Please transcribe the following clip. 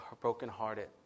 brokenhearted